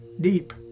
deep